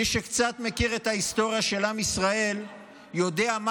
מי שקצת מכיר את ההיסטוריה של עם ישראל יודע מה